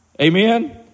Amen